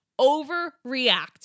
overreact